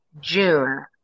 June